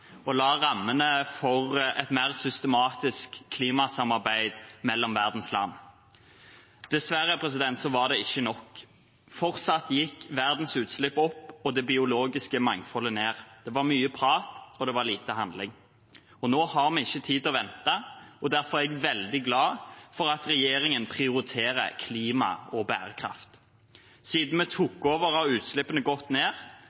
og la rammene for et mer systematisk klimasamarbeid mellom verdens land. Dessverre var det ikke nok. Fortsatt gikk verdens utslipp opp og det biologiske mangfoldet ned. Det var mye prat, og det var lite handling. Nå har vi ikke tid til å vente, og derfor er jeg veldig glad for at regjeringen prioriterer klima og bærekraft. Siden vi tok over, har utslippene gått ned.